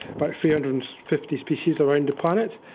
about three hundred and fifty species around the planet,